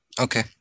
Okay